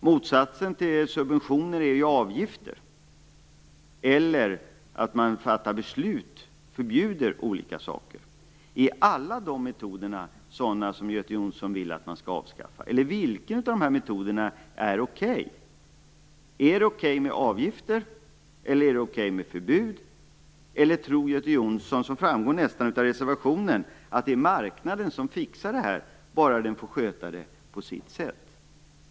Motsatsen till subventioner är ju avgifter eller att man fattar beslut och förbjuder olika saker. Vill Göte Jonsson avskaffa alla de metoderna? Vilka av metoderna är okej? Är det okej med avgifter? Är det okej med förbud? Eller tror Göte Jonsson, vilket nästan framgår av reservationen, att marknaden fixar det här bara den får sköta det på sitt sätt?